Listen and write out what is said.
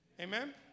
Amen